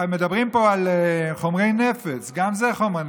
מדברים פה על חומרי נפץ, גם זה חומר נפץ.